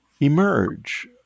emerge